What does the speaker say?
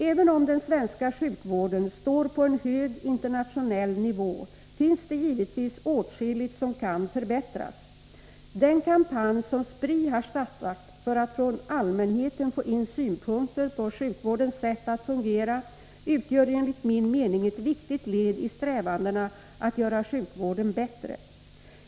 Även om den svenska sjukvården står på en hög internationell nivå finns det givetvis åtskilligt som kan förbättras. Den kampanj som Spri har startat för att från allmänheten få in synpunkter på sjukvårdens sätt att fungera utgör enligt min mening ett viktigt led i strävandena att göra sjukvården bättre.